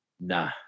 Nah